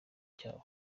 cyabo